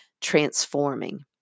transforming